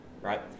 Right